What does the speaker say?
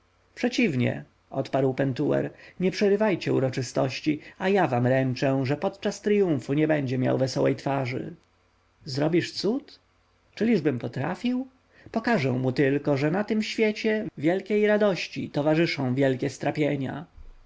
przeciwnie odparł pentuer nie przerywajcie uroczystości a ja wam ręczę że podczas triumfu nie będzie miał wesołej twarzy zrobisz cud czyliżbym potrafił pokażę mu tylko że na tym świecie wielkiej radości towarzyszą wielkie strapienia